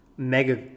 Mega